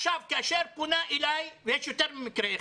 כאשר פונה אלי, ויש יותר ממקרה אחד,